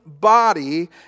body